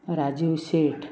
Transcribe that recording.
Rajiv Shet